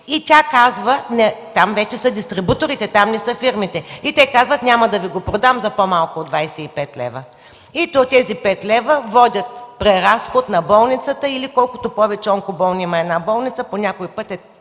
Не, там вече са дистрибуторите, там не са фирмите. Те казват: „Няма да Ви го продам за по-малко от 25 лв.”. И тези 5 лв. водят до преразход на болницата или колкото повече онкоболни има една болница по някой път е